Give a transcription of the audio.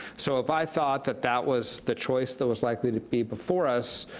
so if i thought that that was the choice that was likely to be before us,